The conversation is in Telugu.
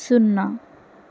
సున్నా